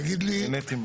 תגיד לי